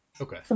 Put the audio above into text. Okay